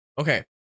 Okay